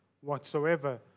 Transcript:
whatsoever